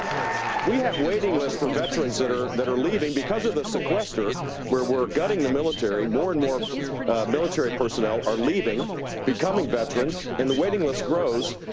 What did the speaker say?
we have waiting lists for veterans that are that are leaving because of the sequester where we're gutting the military. more and more military personnel are leaving becoming veterans, and the waiting list grows.